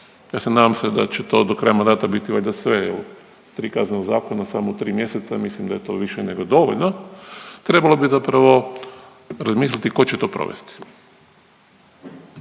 zakona. Nadam se da će to do kraja mandata valjda sve prikazano zakona u samo tri mjeseca mislim da je to više nego dovoljno, trebalo bi zapravo razmisliti tko će to provest.